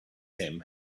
him